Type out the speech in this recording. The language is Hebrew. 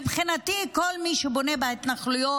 מבחינתי, כל מי שבונה בהתנחלויות